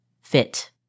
fit